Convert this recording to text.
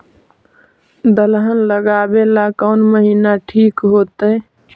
दलहन लगाबेला कौन महिना ठिक होतइ?